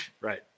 Right